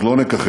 אך לא נכחד,